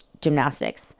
gymnastics